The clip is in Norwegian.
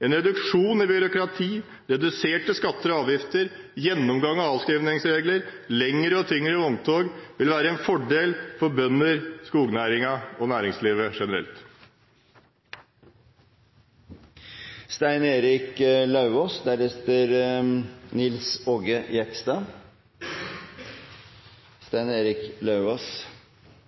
En reduksjon i byråkrati, reduserte skatter og avgifter, gjennomgang av avskrivningsreglene og lengre og tyngre vogntog vil være en fordel for bønder, skognæringen og næringslivet